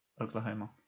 Oklahoma